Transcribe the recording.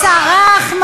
סרח?